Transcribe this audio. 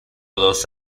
dos